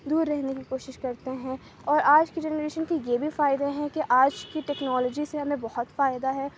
دور رہنے کی کوشش کرتے ہیں اور آج کی جنریشن کے یہ بھی فائدے ہیں کہ آج کی ٹیکنالوجی سے ہمیں بہت فائدہ ہے